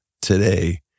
today